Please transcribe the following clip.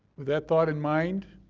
that thought in mind,